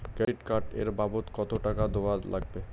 Credit card এর বাবদ কতো টাকা দেওয়া লাগবে?